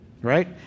Right